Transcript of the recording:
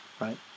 right